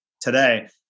today